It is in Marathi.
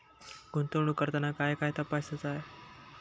गुंतवणूक करताना काय काय तपासायच?